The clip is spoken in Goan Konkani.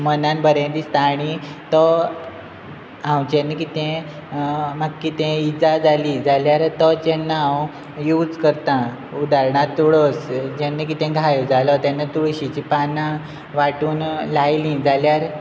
मनान बरें दिसता आनी तो हांव जेन्ना कितें म्हाका कितें इजा जाली जाल्यार तो जेन्ना हांव यूज करतां उदाहरणांत तुळस जेन्ना कितें घायो जालो तेन्ना तुळशीची पानां वाटून लायलीं जाल्यार